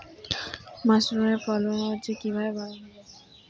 মাসরুমের ফলন কিভাবে বাড়ানো যায়?